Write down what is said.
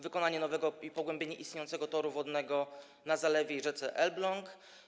Wykonanie nowego i pogłębienie istniejącego toru wodnego na zalewie i rzece Elbląg.